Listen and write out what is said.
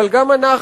אבל גם אנחנו,